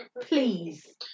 please